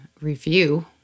review